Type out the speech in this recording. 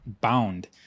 bound